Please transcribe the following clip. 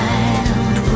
Wild